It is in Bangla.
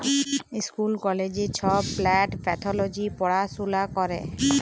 ইস্কুল কলেজে ছব প্লাল্ট প্যাথলজি পড়াশুলা ক্যরে